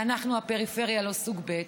ואנחנו, הפריפריה, לא סוג ב'?